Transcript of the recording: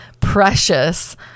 precious